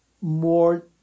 more